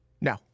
No